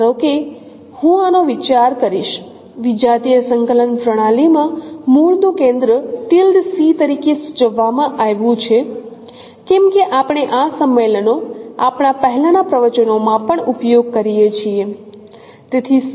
ધારો કે હું આનો વિચાર કરીશ વિજાતીય સંકલન પ્રણાલીમાં મૂળનું કેન્દ્ર તરીકે સૂચવવામાં આવ્યું છે કેમ કે આપણે આ સંમેલનો આપણા પહેલાના પ્રવચનોમાં પણ ઉપયોગ કરીએ છીએ